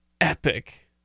epic